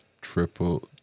Triple